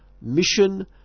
Mission